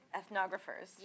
ethnographers